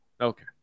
Okay